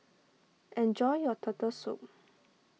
enjoy your Turtle Soup